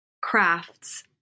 crafts